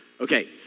Okay